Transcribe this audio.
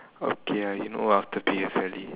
okay uh you know after P_S_L_E